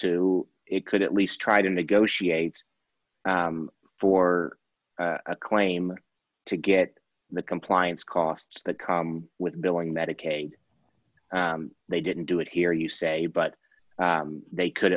to it could at least try to negotiate for a claim to get the compliance costs that come with billing medicaid they didn't do it here you say but they could